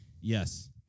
Yes